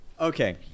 Okay